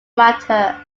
matter